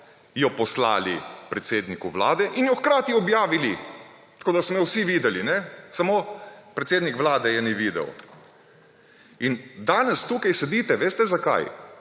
jo poslali predsedniku Vlade in jo hkrati objavili, tako da smo jo vsi videli, samo predsednik Vlade je ni videl. Danes tukaj sedite – veste, zakaj?